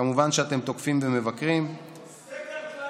כמובן אתם תוקפים ומבקרים, סגר כללי.